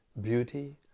beauty